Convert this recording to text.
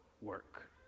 work